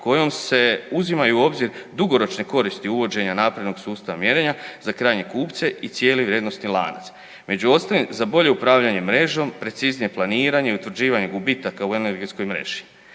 kojom se uzima u obzir dugoročne koristi uvođenja naprednog sustava mjerenja za krajnje kupce i cijeli vrijednosni lanac, među ostalim za bolje upravljanje mrežom, preciznije planiranje i utvrđivanje gubitaka u energetskoj mreži.